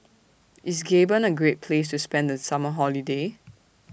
IS Gabon A Great Place to spend The Summer Holiday